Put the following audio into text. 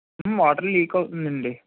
water leak అవుతుందండి